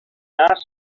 nas